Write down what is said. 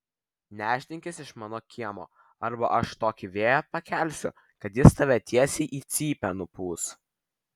nešdinkis iš mano kiemo arba aš tokį vėją pakelsiu kad jis tave tiesiai į cypę nupūs